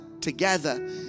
together